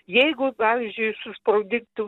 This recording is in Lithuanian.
jeigu pavyzdžiui susprogdintų